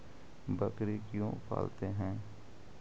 बकरी क्यों पालते है?